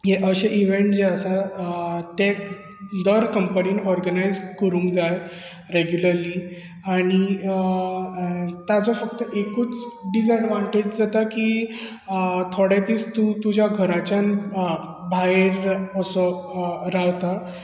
हे अशे इवेंट जे आसा ते दर कंपनीन ऑर्गनायज करुंक जाय रेगूलरली आनी अ अ ताचो फक्त एकूच डिजएडवांटेज जाता की अ थोडे दिस तूं तुज्या घराच्यान भायर असो रावता